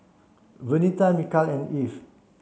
Vernita Mikal and Eve